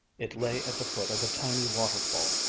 it lay at the foot of a tiny waterfall,